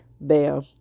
bam